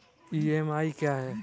EMI क्या है?